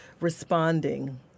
responding